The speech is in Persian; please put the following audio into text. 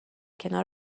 کنار